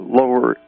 lower